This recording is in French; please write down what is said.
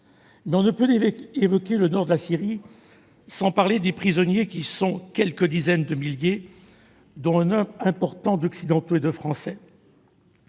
On ne saurait évoquer le nord de la Syrie sans parler des prisonniers, qui sont quelques dizaines de milliers, dont un nombre important d'Occidentaux et de Français.